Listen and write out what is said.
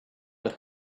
but